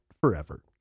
forever